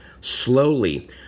Slowly